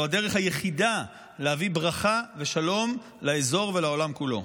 זו הדרך היחידה להביא ברכה ושלום לאזור ולעולם כולו.